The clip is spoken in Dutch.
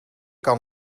kan